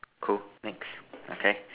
cool next okay